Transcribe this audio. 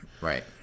Right